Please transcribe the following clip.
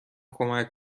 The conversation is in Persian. کمک